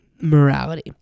morality